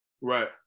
Right